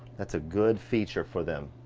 that's a good feature for them.